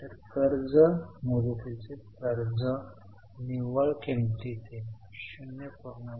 तर दीर्घ मुदतीचे कर्ज निव्वळ किमतीचे 0